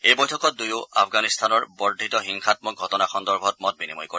এই বৈঠকত দূয়ো আফগানিস্তানৰ বৰ্ধিত হিংসামক ঘটনা সন্দৰ্ভত মত বিনিময় কৰে